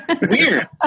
weird